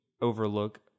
overlook